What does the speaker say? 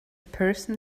person